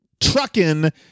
trucking